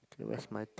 where's my t~